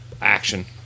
action